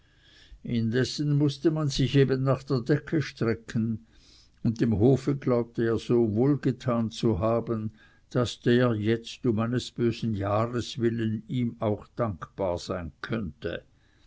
indessen muß man sich eben nach der decke strecken und dem hofe glaubte er so wohl getan zu haben daß der jetzt um eines bösen jahres willen ihm auch dankbar sein könne